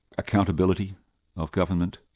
accountability of government,